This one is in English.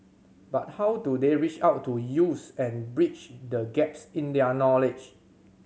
but how do they reach out to youths and bridge the gaps in their knowledge